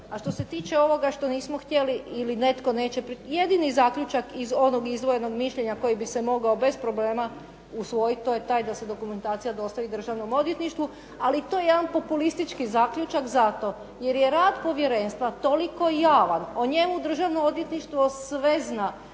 A što se tiče ovoga što nismo htjeli ili nećemo, jedini zaključak iz onog izdvojenog mišljenja koji bi se mogao bez problema usvojiti to je taj da se dokumentacija dostavi Državnom odvjetništvu ali to je jedan populistički zaključak zato jer je rad Povjerenstva toliko javan, o njemu Državno odvjetništvo sve zna,